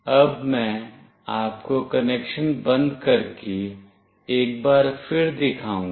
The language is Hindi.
अब मैं आपको कनेक्शन बंद करके एक बार फिर दिखाऊंगा